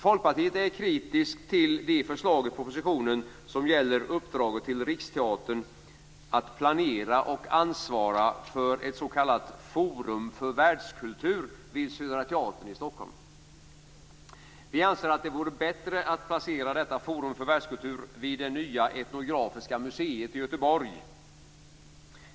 Folkpartiet är kritiskt till det förslag i propositionen som gäller uppdraget till Riksteatern att planera och ansvara för ett s.k. forum för världskultur vid Södra teatern i Vi anser att det vore bättre att placera detta forum för världskultur vid det nya etnografiska museet i Göteborg.